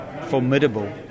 formidable